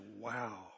wow